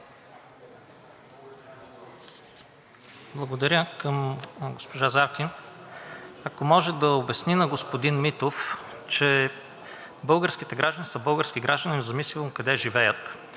Благодаря. Към госпожа Заркин. Ако може да обясни на господин Митов, че българските граждани са български граждани, независимо къде живеят